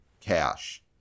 cash